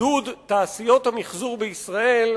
בעידוד תעשיות המיחזור בישראל,